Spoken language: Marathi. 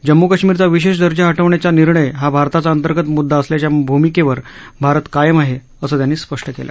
जम्मू काश्मीरचा विशेष दर्जा ह वण्याचा निर्णय हा भारताचा अंतर्गत मुद्दा असल्याच्या भूमिकेवर भारत कायम आहे असं त्यांनी स्पष्ट केलं